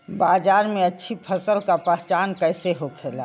बाजार में अच्छी फसल का पहचान कैसे होखेला?